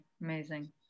amazing